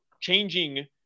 changing